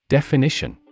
Definition